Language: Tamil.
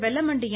வெல்லமண்டி என்